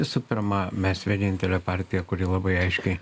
visų pirma mes vienintelė partija kuri labai aiškiai